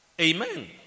Amen